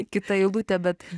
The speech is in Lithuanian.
kita eilutė bet